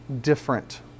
different